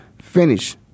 finish